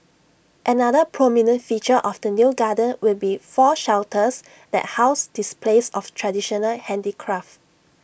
another prominent feature of the new garden will be four shelters that house displays of traditional handicraft